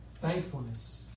thankfulness